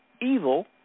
evil